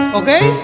okay